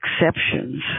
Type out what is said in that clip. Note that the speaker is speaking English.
exceptions